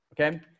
Okay